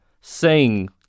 sing